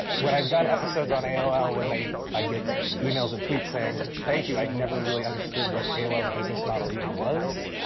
but when i've done episodes on aol, when i get emails and tweets saying, thank you. i've never really understood what aol's business model even was.